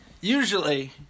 usually